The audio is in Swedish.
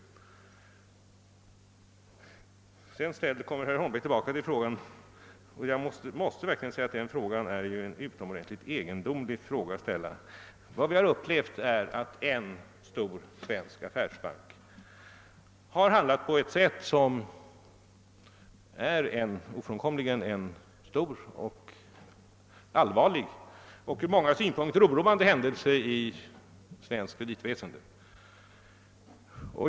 Sedan kom herr Homberg tillbaka till bankfrågan. Vad vi har upplevt är att en stor svensk affärsbank har handlat på ett sätt som ofrånkomligen är av allvarlig och från många synpunkter oroande natur.